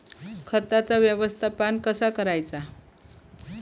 खताचा व्यवस्थापन कसा करायचा?